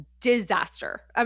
disaster